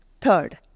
Third